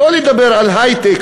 שלא לדבר על היי-טק,